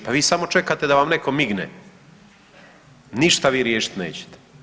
Pa vi samo čekate da vam netko migne, ništa vi riješiti nećete.